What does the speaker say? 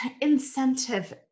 incentive